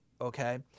okay